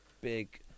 big